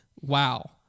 wow